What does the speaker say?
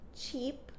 cheap